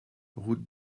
route